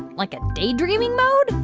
like, a daydreaming mode?